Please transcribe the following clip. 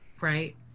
Right